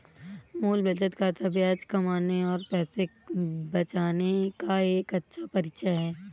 मूल बचत खाता ब्याज कमाने और पैसे बचाने का एक अच्छा परिचय है